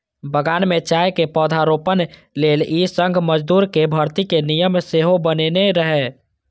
बगान मे चायक पौधारोपण लेल ई संघ मजदूरक भर्ती के नियम सेहो बनेने रहै